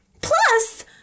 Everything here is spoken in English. plus